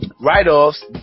write-offs